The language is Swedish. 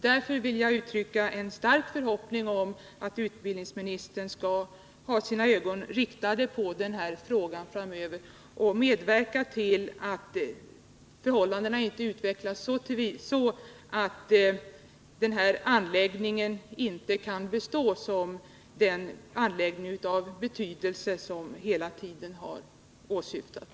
Därför vill jag uttrycka en stark förhoppning om att utbildningsministern framöver har sina ögon riktade på frågan och medverkar till att verksamheten kan drivas vidare på ett godtagbart sätt.